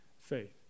faith